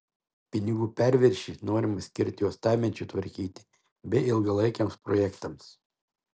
pinigų perviršį norima skirti uostamiesčiui tvarkyti bei ilgalaikiams projektams